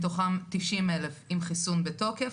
מתוכם תשעים אלף עם חיסון בתוקף.